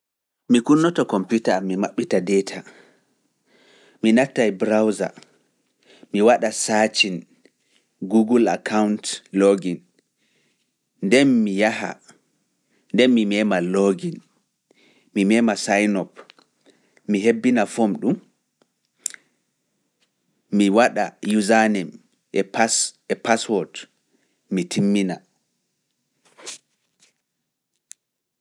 Mi kunnoto kompita, mi maɓɓita deeta, mi natta e Browser, mi waɗa Saacin, Google Account, Login, nden mi yaha, nden mi meema Login, mi meema Sainop, mi hebbina fom ɗum, mi waɗa username e password, mi timmina.